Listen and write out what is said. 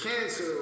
cancer